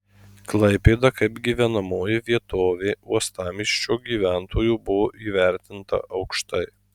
klaipėda kaip gyvenamoji vietovė uostamiesčio gyventojų buvo įvertinta aukštai